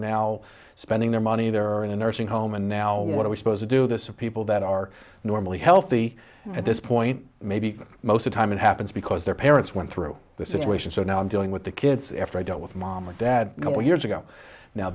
now spending their money there or in a nursing home and now what are we supposed to do this for people that are normally healthy at this point maybe most of time it happens because their parents went through the situation so now i'm dealing with the kids after i dealt with mom or dad a couple years ago now